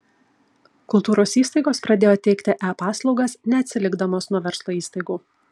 kultūros įstaigos pradėjo teikti e paslaugas neatsilikdamos nuo verslo įstaigų